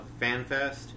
FanFest